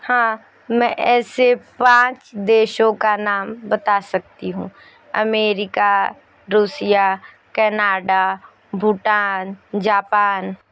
हाँ मैं ऐसे पाँच देशों का नाम बता सकती हूँ America Russia Canada Bhutan Japan